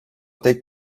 tek